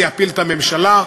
זה יפיל את הממשלה?